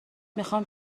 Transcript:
میخام